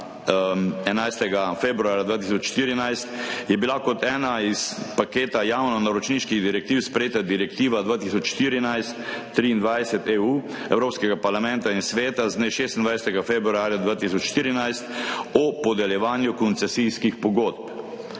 11. februarja 2014 kot ena iz paketa javnonaročniških direktiv sprejeta Direktiva 2014/23/EU Evropskega parlamenta in Sveta z dne 26. februarja 2014 o podeljevanju koncesijskih pogodb.